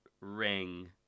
ring